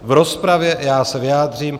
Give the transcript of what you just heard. V rozpravě já se vyjádřím.